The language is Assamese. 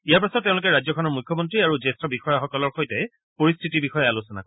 ইয়াৰ পাছত তেওঁলোকে ৰাজ্যখনৰ মুখ্যমন্ত্ৰী আৰু জ্যেষ্ঠ বিষয়াসকলৰ সৈতে পৰিস্থিতিৰ বিষয়ে আলোচনা কৰিব